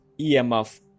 EMF